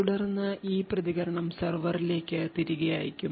തുടർന്ന് ഈ പ്രതികരണം സെർവറിലേക്ക് തിരികെ അയയ്ക്കും